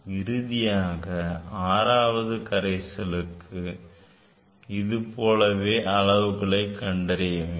இறுதியாக 6வது கரைசலுக்கும் இது போலவே அளவுகளை கண்டறிய வேண்டும்